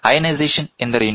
ionization ಎಂದರೇನು